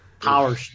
Power